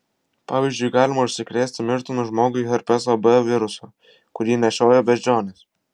pavyzdžiui galima užsikrėsti mirtinu žmogui herpeso b virusu kurį nešioja beždžionės